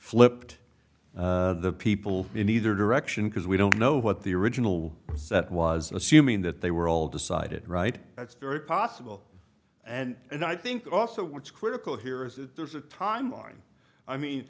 flipped the people in either direction because we don't know what the original set was assuming that they were all decided right that's very possible and i think also what's critical here is that there's a time line i mean